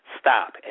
stop